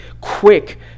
quick